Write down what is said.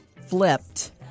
flipped